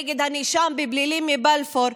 נגד הנאשם בפלילים מבלפור,